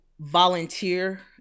volunteer